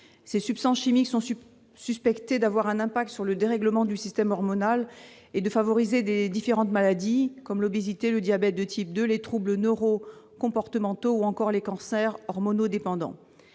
Ces substances chimiques sont suspectées d'avoir un impact sur le dérèglement du système hormonal et de favoriser différentes maladies, comme l'obésité, le diabète de type 2, les troubles neurocomportementaux ou encore les cancers hormonodépendants.